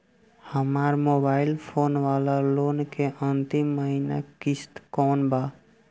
हमार mobile phone वाला loan के अंतिम महिना किश्त कौन बा?